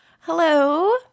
Hello